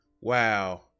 Wow